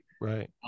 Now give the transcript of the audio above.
Right